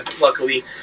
luckily